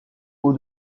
eau